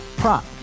prop